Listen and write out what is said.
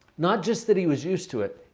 not just that he was used to it.